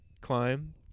climb